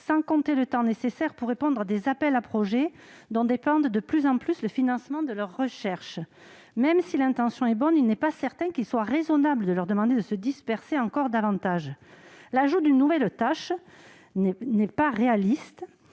sans compter le temps qu'ils doivent employer à répondre à des appels à projets, dont dépend de plus en plus le financement de leurs recherches. Même si l'intention est louable, il n'est pas certain qu'il soit raisonnable de demander à ces enseignants-chercheurs de se disperser encore davantage. L'ajout d'une nouvelle tâche n'est pas réaliste.